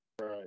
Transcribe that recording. Right